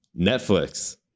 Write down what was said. Netflix